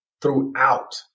throughout